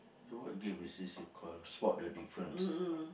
so what game is this you call spot the difference ah